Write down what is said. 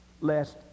lest